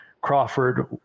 Crawford